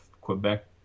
Quebec